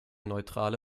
neutrale